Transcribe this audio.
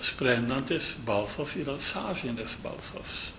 sprendžiantis balsas yra sąžinės balsas